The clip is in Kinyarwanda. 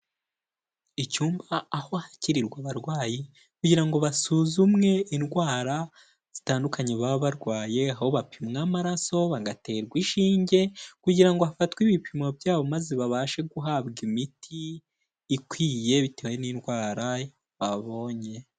Icyumba aho hakirirwa abarwayi kugira ngo basuzumwe indwara zitandukanye baba barwaye aho bapimwa amaraso, bagaterwa ishinge kugira ngo hafatwe ibipimo byabo maze babashe guhabwa imiti ikwiye bitewe n'indwara babonye.